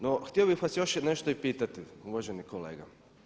No, htio bih vas još i nešto pitati uvaženi kolega.